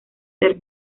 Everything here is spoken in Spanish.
ser